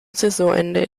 saisonende